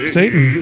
Satan